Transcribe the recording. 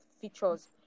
features